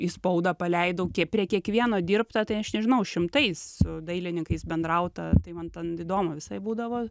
į spaudą paleidau prie kiekvieno dirbta tai aš nežinau šimtais dailininkais bendrauta tai man ten įdomu visai būdavo